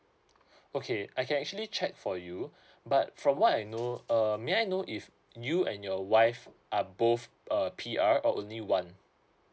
okay I can actually check for you but from what I know um may I know if you and your wife are both uh P_R or only one